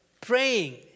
praying